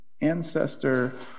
ancestor